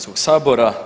sabora.